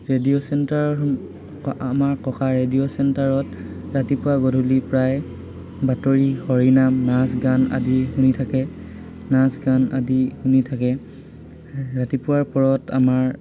radio centre আমাৰ ককা radio চেণ্টাৰত ৰাতিপুৱা গধূলি প্ৰায় বাতৰি হৰিনাম নাচ গান আদি শুনি থাকে নাচ গান আদি শুনি থাকে ৰাতিপুৱাৰ পৰত আমাৰ